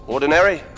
Ordinary